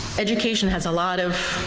education has a lot of